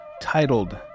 titled